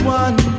one